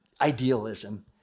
idealism